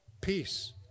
peace